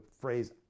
phrase